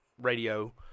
radio